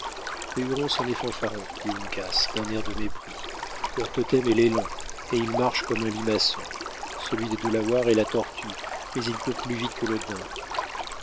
les hurons sont des fanfarons dit uncas d'un air de mépris leur totem est l'élan et ils marchent comme un limaçon celui des delawares est la tortue mais ils courent plus vite que le daim